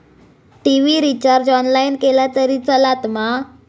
TV recharge online केला तरी चलात मा?